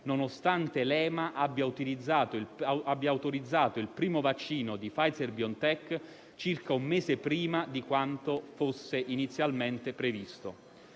nonostante l'EMA abbia autorizzato il primo vaccino di Pfizer BioNTech circa un mese prima di quanto inizialmente previsto.